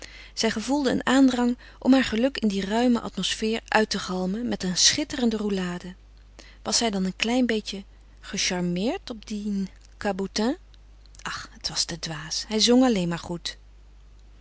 zij gevoelde een aandrang om haar geluk in die ruime atmosfeer uit te galmen met een schitterende roulade was zij dan een klein beetje gecharmeerd op dien cabotin ach het was te dwaas hij zong alleen maar goed